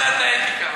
בוועדת האתיקה.